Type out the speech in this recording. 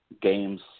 games